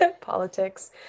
politics